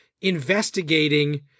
investigating